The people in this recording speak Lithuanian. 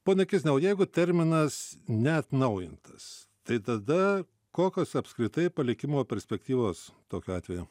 ponia kizne o jeigu terminas neatnaujintas tai tada kokios apskritai palikimo perspektyvos tokiu atveju